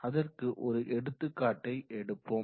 அதற்கு ஒரு எடுத்துக்காட்டை எடுப்போம்